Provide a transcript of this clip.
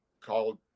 called